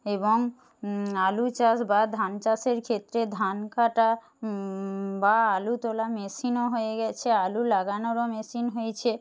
এবং আলু চাষ বা ধান চাষের ক্ষেত্রে ধান কাটা বা আলু তোলা মেশিনও হয়ে গিয়েছে আলু লাগানোরও মেশিন হয়েছে